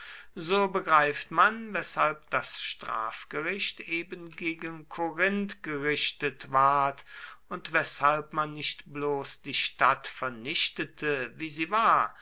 so begreift man weshalb das strafgericht eben gegen korinth gerichtet ward und weshalb man nicht bloß die stadt vernichtete wie sie war